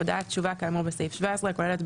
הודעת תשובה כאמור בסעיף 17 הכוללת,